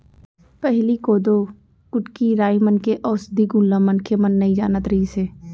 पहिली कोदो, कुटकी, राई मन के अउसधी गुन ल मनखे मन नइ जानत रिहिस हे